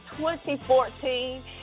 2014